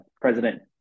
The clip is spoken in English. President